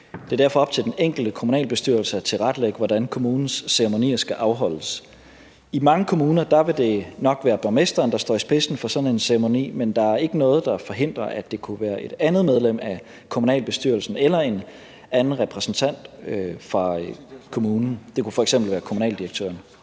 Det er derfor op til den enkelte kommunalbestyrelse at tilrettelægge, hvordan kommunens ceremonier skal afholdes. I mange kommuner vil det nok være borgmesteren, der står i spidsen for sådan en ceremoni, men der er ikke noget, der forhindrer, at det kunne være et andet medlem af kommunalbestyrelsen eller en anden repræsentant fra kommunen. Det kunne f.eks. være kommunaldirektøren.